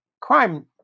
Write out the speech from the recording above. crime